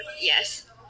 Yes